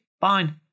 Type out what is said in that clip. fine